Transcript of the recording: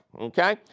okay